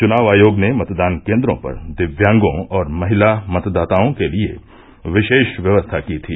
चुनाव आयोग ने मतदान केन्द्रों पर दिव्यांगों और महिला मतदाताओं के लिये विषेश व्यवस्था की थी